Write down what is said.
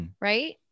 right